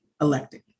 elected